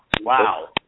Wow